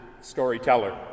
storyteller